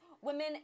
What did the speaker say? Women